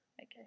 Okay